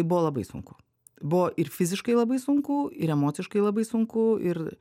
buvo labai sunku buvo ir fiziškai labai sunku ir emociškai labai sunku ir